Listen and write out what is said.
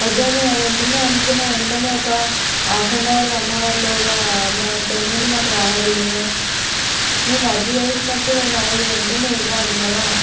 వద్దు అని వెంటనే అనుకున్న వెంటనే ఒక హాఫ్ అండ్ అవర్ వన్ అవర్లోగా మా పేమెంట్ మాకు రావాలి కదా నేను రద్దు చేసినప్పుడు నగదు వెంటనే ఇవ్వాలి గదా